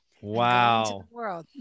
Wow